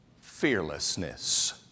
fearlessness